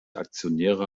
aktionäre